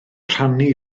rhannu